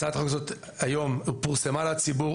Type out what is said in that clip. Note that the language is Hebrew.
הצעת החוק הזו היום פורסמה לציבור,